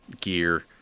gear